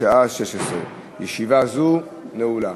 בשעה 16:00. ישיבה זו נעולה.